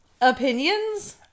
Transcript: Opinions